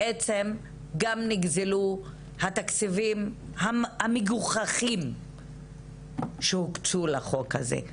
בעצם גם נגזלו התקציבים המגוחכים שהוקצו לחוק הזה.